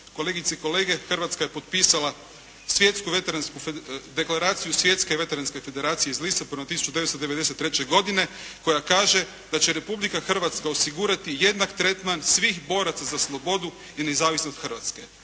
Kolegice i kolege, Hrvatska je potpisala Svjetsku veteransku deklaraciju, Deklaraciju Svjetske veteranske federacije iz Lisabona 1993. godine koja kaže da će Republika Hrvatska osigurati jednak tretman svih boraca za slobodu i nezavisnost Hrvatske,